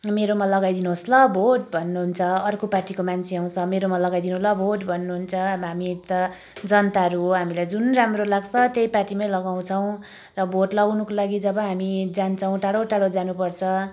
मेरोमा लगाइदिनु होस् ल भोट भन्नुहुन्छ अर्को पार्टीको मान्छे आउँछ मेरोमा लगादिनु ल भोट भन्नुहुन्छ हामी त जनताहरू हो हामीलाई जुन राम्रो लाग्छ त्यही पार्टीमै लगाउँछौँ र भोट लगाउनुको लागि जब हामी जान्छौँ टाढो टाढो जानुपर्छ